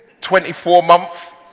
24-month